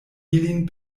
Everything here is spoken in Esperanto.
ilin